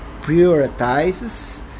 prioritizes